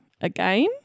Again